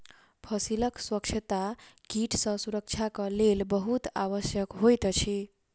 फसीलक स्वच्छता कीट सॅ सुरक्षाक लेल बहुत आवश्यक होइत अछि